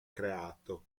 creato